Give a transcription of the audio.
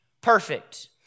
perfect